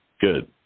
Good